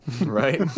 right